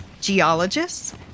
geologists